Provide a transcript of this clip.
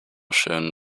schön